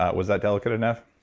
ah was that delicate enough?